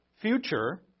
Future